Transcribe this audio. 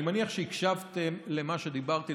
אני מניח שהקשבתם למה שדיברתי,